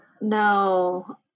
No